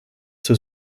zur